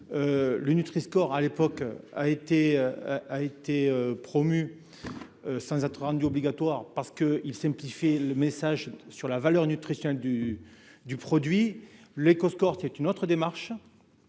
le Nutri score à l'époque a été a été promu sans être rendu obligatoire parce que ils simplifient le message sur la valeur nutritionnelle du du produit, l'éco-score, c'est une autre démarche,